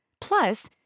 Plus